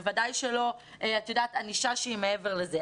בוודאי שלא ענישה שהיא מעבר לזה,